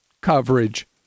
coverage